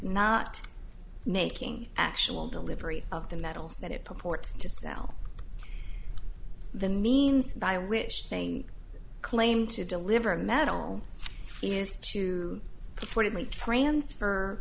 not making actual delivery of the metals that it purports to sell the means by which they claim to deliver a medal is to transfer